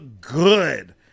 good